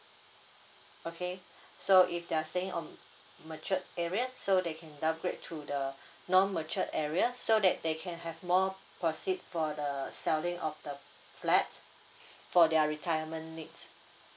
okay so if they are staying on matured area so they can downgrade to the non matured area so that they can have more proceed from the selling of the flat for their retirement needs